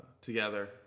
together